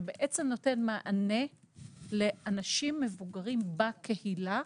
שבעצם נותן מענה לאנשים מבוגרים בקהילה,